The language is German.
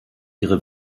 ihre